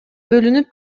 бөлүнүп